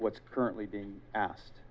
what's currently being asked